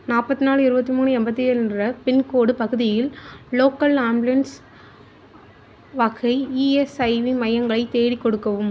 நாற்பத்து நாலு இருபத்தி மூணு எண்பத்தி ஏழு என்ற பின்கோடு பகுதியில் லோக்கல் ஆம்புலன்ஸ் வகை இஎஸ்ஐவி மையங்களைத் தேடிக் கொடுக்கவும்